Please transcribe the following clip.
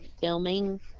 filming